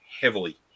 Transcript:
heavily